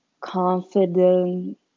confident